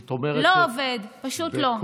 זה לא עובד, פשוט לא.